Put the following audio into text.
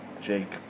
Jake